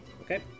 Okay